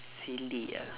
silly ah